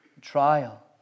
trial